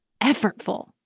effortful